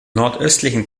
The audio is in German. nordöstlichen